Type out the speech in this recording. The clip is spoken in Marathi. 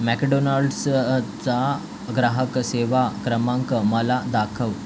मॅकडोनॉल्ड्सचा ग्राहक सेवा क्रमांक मला दाखव